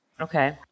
Okay